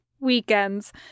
weekends